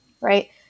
right